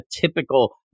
typical